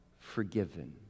forgiven